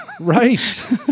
Right